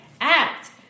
act